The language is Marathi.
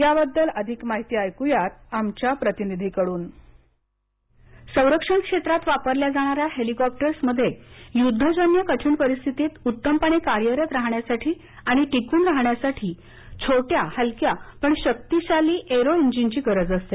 याबद्दल अधिक माहिती एकुयात आमच्या प्रतिनिधींकडून संरक्षण क्षेत्रात वापरल्या जाणाऱ्या हेलिकॉप्टरर्स मध्ये युद्धजन्य कठीण परिस्थितीत उत्तमपणे कार्यरत राहण्यासाठी आणि टिकून राहण्यासाठी छोट्या हलक्या पण शक्तिशाली एरो इंजिन ची गरज असते